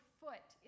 foot